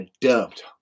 dumped